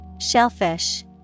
Shellfish